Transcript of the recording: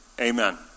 Amen